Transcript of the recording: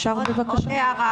עוד הערה אחת.